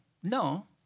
No